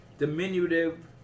Diminutive